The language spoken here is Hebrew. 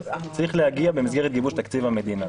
צריך להגיע במסגרת גיבוש תקציב המדינה,